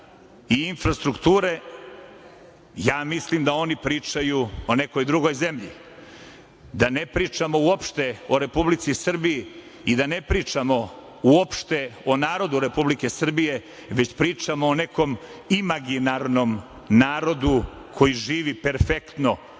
i infrastrukture, ja mislim da oni pričaju o nekoj drugoj zemlji, da ne pričamo uopšte o Republici Srbiji i da ne pričamo uopšte o narodu Republike Srbije, već pričamo o nekom imaginarnom narodu koji živi i perfektno